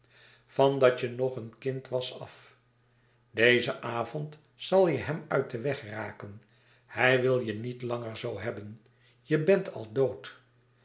van dat je nog een kind was af dezen avond zal je hem uit den weg raken hij wil je niet langer zoo hebben je bent al dood